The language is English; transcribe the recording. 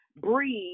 breathe